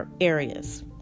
areas